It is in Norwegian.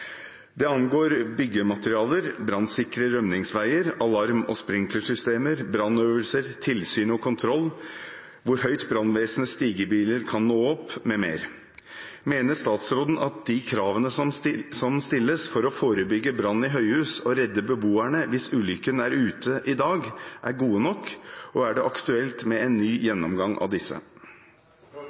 Det angår byggematerialer, brannsikre rømningsveier, alarm- og sprinklersystemer, brannøvelser, tilsyn og kontroll, hvor høyt brannvesenets stigebiler kan nå opp, m.m. Mener statsråden at de kravene som stilles for å forebygge brann i høyhus og å redde beboerne hvis ulykken er ute, i dag er gode nok, og er det aktuelt med en ny gjennomgang av disse?»